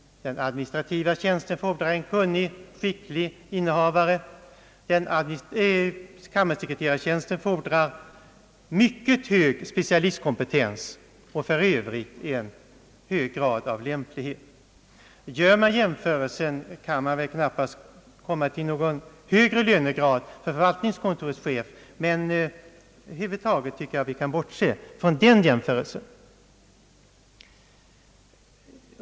Den administrativa tjänsten fordrar en kunnig och skicklig innehavare, kammarsekreterartjänsten fordrar mycket hög specialistkompetens och för övrigt en hög grad av lämplighet. Gör man likväl jämförelsen, kan man väl knappast komma till resultatet att det bör vara högre lönegrad för förvaltningskontorets chef. Men jag tror att vi över huvud taget kan bortse från den jämförelsen.